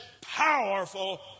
powerful